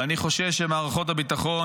ואני חושש שמערכת הביטחון,